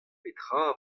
petra